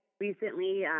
recently